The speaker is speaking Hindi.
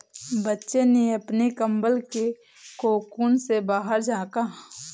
बच्चे ने अपने कंबल के कोकून से बाहर झाँका